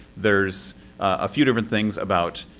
there's a few different things about